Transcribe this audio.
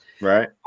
Right